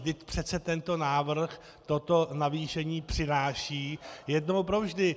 Vždyť přece tento návrh toto navýšení přináší jednou provždy.